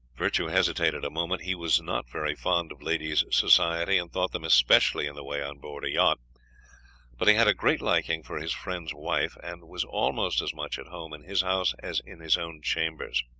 virtue hesitated a moment. he was not very fond of ladies' society, and thought them especially in the way on board a yacht but he had a great liking for his friend's wife, and was almost as much at home in his house as in his own chambers.